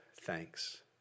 thanks